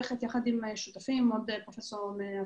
יחד עם שותפים בניתי מערכת עם עוד פרופסור מהטכניון,